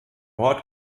ort